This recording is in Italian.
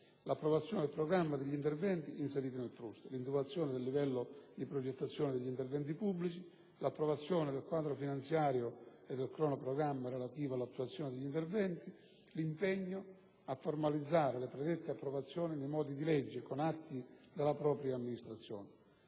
l'approvazione del programma degli interventi inseriti nel PRUSST; l'individuazione del livello di progettazione degli interventi pubblici; l'approvazione del quadro finanziario e del cronoprogramma relativo all'attuazione degli interventi; l'impegno a formalizzare le predette approvazioni nei modi di legge, con atti della propria amministrazione.